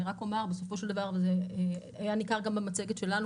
אני רק אומר בסופו של דבר זה היה ניכר גם במצגת שלנו,